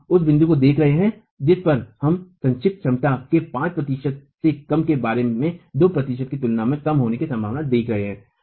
हम उस बिंदु को देखने जा रहे हैं जिस पर हम संक्षिप्त क्षमता के 5 प्रतिशत से कम के बारे में 2 प्रतिशत की तुलना में कम होने की संभावना देख रहे हैं